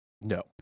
no